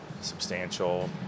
substantial